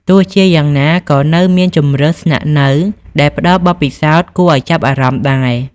ទោះជាយ៉ាងណា ក៏នៅមានជម្រើសស្នាក់នៅដែលផ្ដល់បទពិសោធន៍គួរឱ្យចាប់អារម្មណ៍ដែរ។